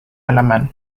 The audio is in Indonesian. halaman